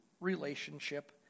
relationship